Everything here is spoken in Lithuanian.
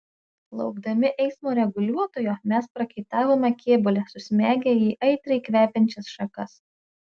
laukdami eismo reguliuotojo mes prakaitavome kėbule susmegę į aitriai kvepiančias šakas